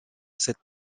cette